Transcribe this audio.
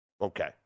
okay